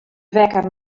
wekker